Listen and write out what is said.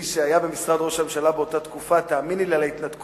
כמי שהיה במשרד ראש הממשלה באותה תקופה: תאמיני לי שעל ההתנתקות